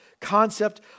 concept